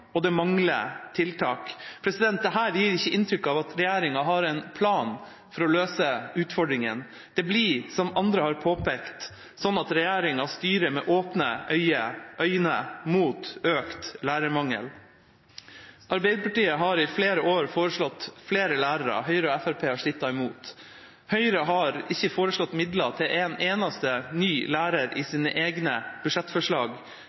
og det mangler tiltak. Dette gir ikke inntrykk av at regjeringa har en plan for å løse utfordringene. Det blir, som andre har påpekt, sånn at regjeringa styrer med åpne øyne mot økt lærermangel. Arbeiderpartiet har i flere år foreslått flere lærere. Høyre og Fremskrittspartiet har strittet imot. Høyre har ikke foreslått midler til en eneste ny lærer i sine egne budsjettforslag,